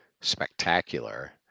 spectacular